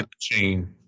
chain